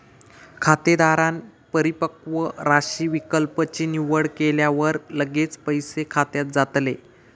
खातेधारकांन परिपक्व राशी विकल्प ची निवड केल्यावर लगेच पैसे खात्यात जातले